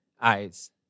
eyes